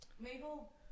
Mabel